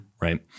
Right